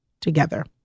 together